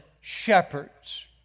shepherds